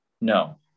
No